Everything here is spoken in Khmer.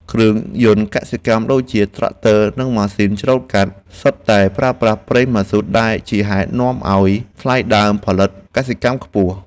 គ្រឿងយន្តកសិកម្មដូចជាត្រាក់ទ័រនិងម៉ាស៊ីនច្រូតកាត់សុទ្ធតែប្រើប្រាស់ប្រេងម៉ាស៊ូតដែលជាហេតុនាំឱ្យថ្លៃដើមផលិតផលកសិកម្មខ្ពស់។